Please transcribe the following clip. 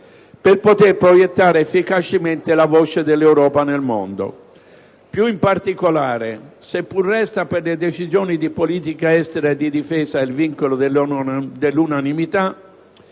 per poter proiettare efficacemente la voce dell'Europa nel mondo. Più in particolare, seppur resta per le decisioni di politica estera e di difesa il vincolo dell'unanimità,